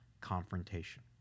confrontation